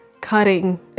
cutting